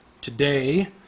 today